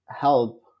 help